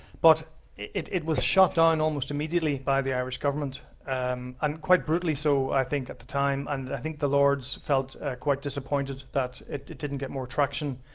but it it was shot down almost immediately by irish government and and quite brutally so, i think, at the time. and i think the lords felt quite disappointed that it didn't get more traction.